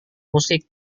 musik